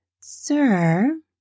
Sir